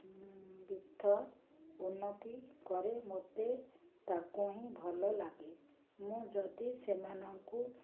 ଉନ୍ନତି କରେ ମୋତେ ତାକୁ ହିଁ ଭଲ ଲାଗେ ମୁଁ ଯଦି ସେମାନଙ୍କୁ